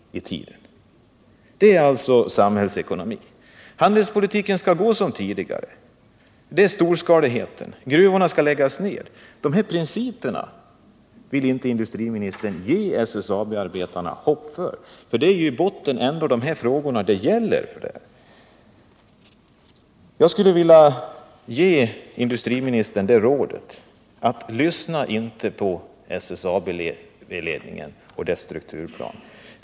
Det är samhällsekonomi. Handelspolitiken skall bedrivas som tidigare. Det är storskalighet. Gruvorna skall läggas ned. De här principerna vill industriministern inte ge SSAB arbetarna hopp för. Det är ändå i botten som de här frågorna gäller här. Jag skulle vilja ge industriministern rådet att inte lyssna till SSAB-ledningen och inte följa dess strukturplan.